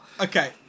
Okay